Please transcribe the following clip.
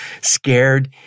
scared